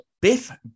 Biff